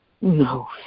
No